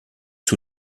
sur